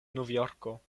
novjorko